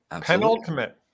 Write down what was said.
Penultimate